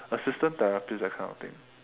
assistant therapist that kind of thing